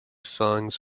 songs